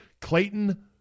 Clayton